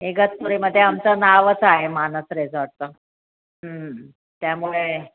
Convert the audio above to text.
इगतपुरीमध्ये आमचं नावच आहे मानस रेझॉर्टचं त्यामुळे